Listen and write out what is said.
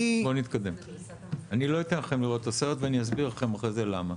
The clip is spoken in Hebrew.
אני לא אתן לכם לראות את הסרט ואני אסביר לכם אחרי זה למה.